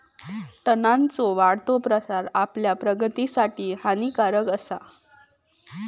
तणांचो वाढतो प्रसार आपल्या प्रगतीसाठी हानिकारक आसा